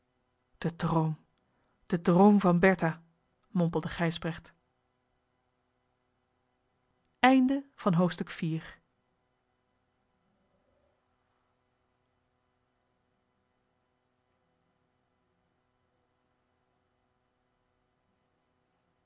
de droom de droom van bertha mompelde gijsbrecht